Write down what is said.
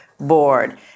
board